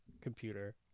computer